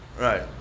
right